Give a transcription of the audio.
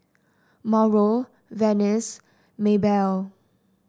Mauro Venice Maebell